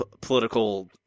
political